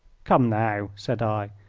come now, said i.